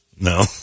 No